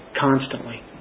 constantly